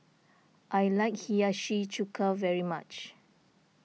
I like Hiyashi Chuka very much